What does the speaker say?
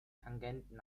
tangenten